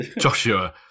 Joshua